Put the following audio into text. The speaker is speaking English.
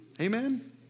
Amen